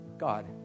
God